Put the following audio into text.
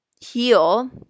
heal